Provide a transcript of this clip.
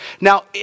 Now